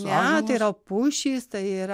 ne tai yra pušys tai yra